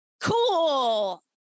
Cool